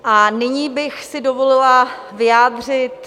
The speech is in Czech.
A nyní bych si dovolila vyjádřit...